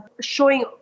showing